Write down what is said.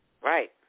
Right